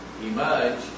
emerge